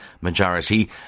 majority